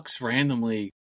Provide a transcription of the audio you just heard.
randomly